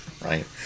Right